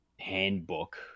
handbook